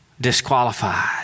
disqualified